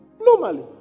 Normally